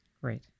Great